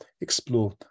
explore